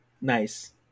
nice